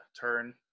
turn